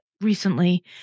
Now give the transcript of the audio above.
recently